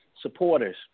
supporters